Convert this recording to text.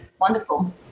wonderful